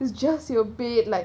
is just your bed like